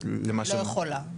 לא יכולה.